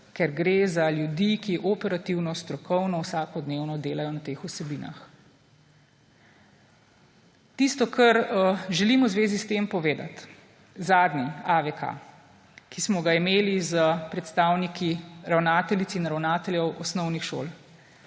ker gre za ljudi, ki operativno, strokovno vsakodnevno delajo na teh vsebinah. Tisto, kar želim v zvezi s tem povedati. Zadnji AVK, ki smo ga imeli s predstavniki ravnateljic in ravnateljev osnovnih šol,